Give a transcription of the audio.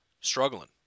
struggling